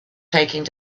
taking